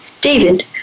David